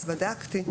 אז בדקתי.